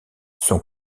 son